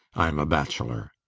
i'm a bachelor.